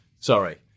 Sorry